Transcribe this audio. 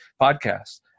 podcast